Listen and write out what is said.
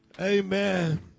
Amen